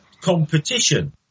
competition